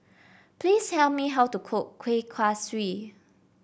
please tell me how to cook Kueh Kaswi